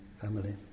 family